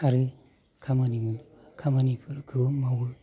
खामानिबो खामानिफोरखौ मावो